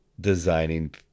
designing